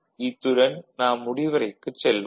இத்துடன் நாம் முடிவுரைக்குச் செல்வோம்